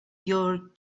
your